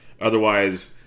Otherwise